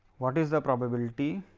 what is the probability,